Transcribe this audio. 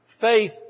Faith